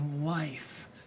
life